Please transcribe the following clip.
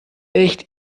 echt